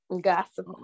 Gossip